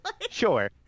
Sure